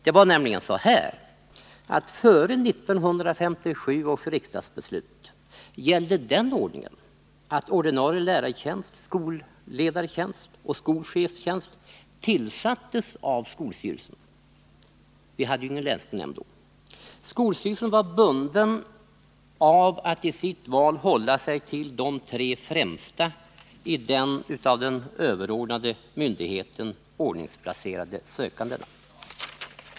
Det var nämligen så här: Före 1957 års riksdagsbeslut gällde den ordningen att ordinarie lärartjänst, skolledartjänst och skolchefstjänst tillsattes av skolstyrelsen. Vi hade ju inga länsskolnämnder då. Skolstyrelsen var bunden av att vid sitt val hålla sig till de tre främsta sökandena i den av överordnad myndighet upprättade placeringsordningen.